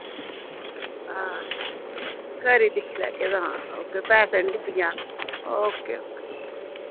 हां खरी दिक्खी लैगे तां पैसे निं डुब्बी जान ओके ओके